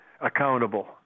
accountable